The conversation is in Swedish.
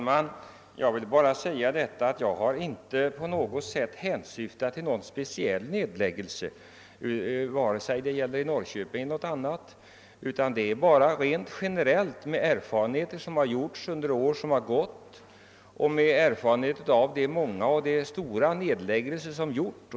Herr talman! Jag vill bara säga att jag inte på något sätt syftade på någon speciell nedläggning, vare sig i Norrköping eller någon annanstans. Jag bygger bara på de erfarenheter som gjorts av de många och stora nedläggningar som skett under de år som gått.